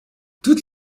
toutes